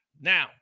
Now